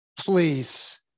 Please